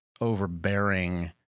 overbearing